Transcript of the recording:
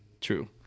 true